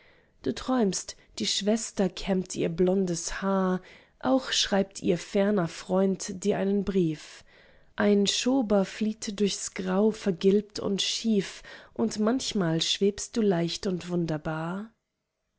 du träumst die schwester kämmt ihr blondes haar auch schreibt ein ferner freund dir einen brief ein schober flieht durchs grau vergilbt und schief und manchmal schwebst du leicht und wunderbar